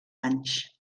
anys